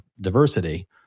diversity